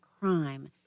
crime